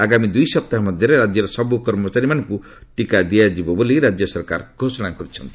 ଆଗାମୀ ଦୂଇ ସପ୍ତାହ ମଧ୍ୟରେ ରାଜ୍ୟର ସବୁ କର୍ମଚାରୀମାନଙ୍କୁ ଟିକା ଦିଆଯିବ ବୋଲି ରାଜ୍ୟ ସରକାର ଘୋଷଣା କରିଛନ୍ତି